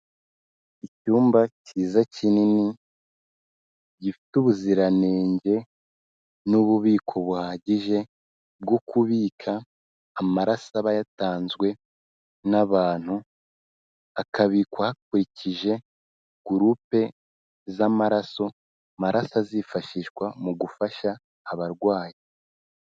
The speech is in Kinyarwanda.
Icyumba cyiza kinini gifite ubuziranenge n'ububiko buhagije bwo kubika amaraso aba yatanzwe n'abantu, akabikwa hakurikije gurupe z'amaraso . Amaraso azifashishwa mu gufasha abarwayi.